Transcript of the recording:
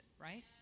right